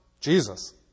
Jesus